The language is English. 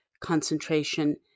concentration